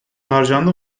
harcandı